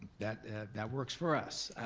that that works for us.